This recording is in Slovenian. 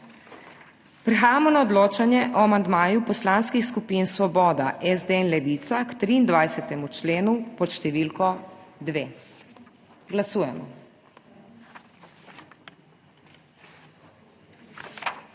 Prehajamo na odločanje o amandmaju poslanskih skupin Svoboda in SD k 32. členu pod številko 2. Glasujemo.